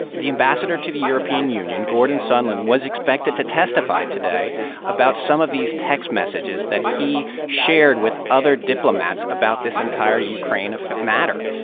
the ambassador to the european union, gordon sondland, was expected to testify today about some of these text messages that he shared with other diplomats about this entire ukraine matter.